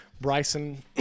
Bryson –